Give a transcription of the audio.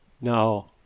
No